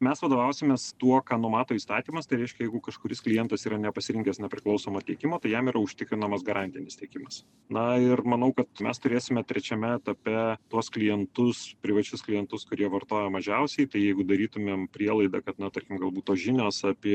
mes vadovausimės tuo ką numato įstatymas tai reiškia jeigu kažkuris klientas yra nepasirinkęs nepriklausomo tiekimo tai jam yra užtikrinamas garantinis tiekimas na ir manau kad mes turėsime trečiame etape tuos klientus privačius klientus kurie vartoja mažiausiai tai jeigu darytumėm prielaidą kad na tarkim galbūt tos žinios apie